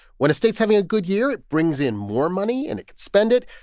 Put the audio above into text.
when a state's having a good year, it brings in more money and it can spend it.